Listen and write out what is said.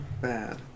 bad